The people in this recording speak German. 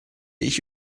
ich